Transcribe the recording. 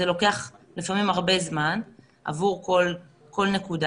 לוקח לפעמים הרבה זמן עבור כל נקודה.